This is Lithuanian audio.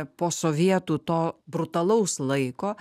po sovietų to brutalaus laiko